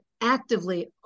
actively